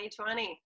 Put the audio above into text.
2020